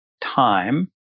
time